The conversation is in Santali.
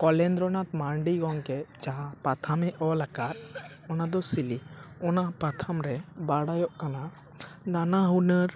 ᱠᱚᱞᱮᱱᱫᱨᱚᱱᱟᱛᱷ ᱢᱟᱹᱱᱰᱤ ᱜᱚᱢᱠᱮ ᱡᱟᱦᱟᱸ ᱯᱟᱛᱷᱟᱢᱮ ᱚᱞ ᱟᱠᱟᱫ ᱚᱱᱟ ᱫᱚ ᱥᱤᱞᱤ ᱚᱱᱟ ᱯᱟᱛᱷᱟᱢ ᱨᱮ ᱵᱟᱰᱟᱭᱚᱜ ᱠᱟᱱᱟ ᱱᱟᱱᱟ ᱦᱩᱱᱟᱹᱨ